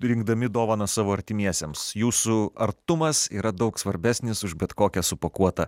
rinkdami dovanas savo artimiesiems jūsų artumas yra daug svarbesnis už bet kokią supakuotą